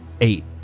Eight